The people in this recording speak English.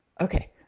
okay